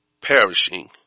perishing